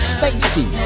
Stacey